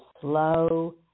slow